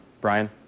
brian